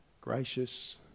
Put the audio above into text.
gracious